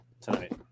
tonight